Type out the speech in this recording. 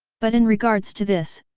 but in regards to this,